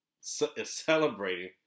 celebrating